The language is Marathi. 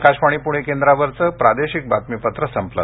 आकाशवाणी पूणे केंद्रावरचं प्रादेशिक बातमीपत्र संपलं